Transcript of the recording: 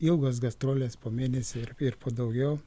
ilgos gastrolės po mėnesį ir ir po daugiau